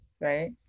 right